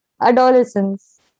adolescence